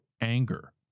anger